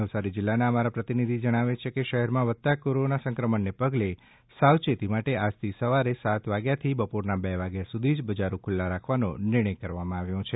નવસારી જિલ્લાના અમારા પ્રતિનિધિ જણાવે છે કે શહેરમાં વધતા કોરોના સંક્રમણને પગલે સાવચેતી માટે આજથી સવારે સાત વાગ્યાથી બપોરના બે વાગ્યા સુધી જ બજારો ખુલ્લા રાખવાનો નિર્ણય કરવામાં આવ્યો છે